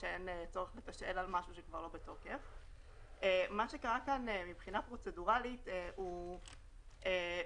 מה שקרה כאן מבחינה פרוצדוראלית הוא בעייתי,